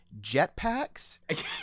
jetpacks